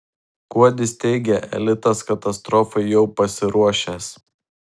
kuodis teigia elitas katastrofai jau pasiruošęs